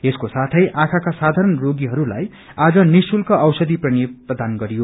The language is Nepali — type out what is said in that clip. यसको साथै आखाँका साधारण रोगीहरूलाई आज निश्रुल्क औषधि पनि प्रदान गरियो